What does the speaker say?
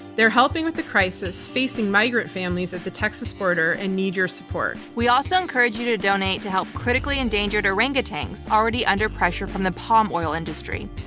they're helping with the crisis facing migrant families at the texas border and need your support. we also encourage you to donate to help critically endangered orangutans already under pressure from the palm oil industry.